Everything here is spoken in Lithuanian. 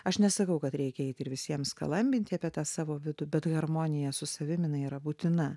aš nesakau kad reikia eiti ir visiem skalambinti apie tą savo vidų bet harmonija su savim jinai yra būtina